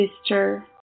sister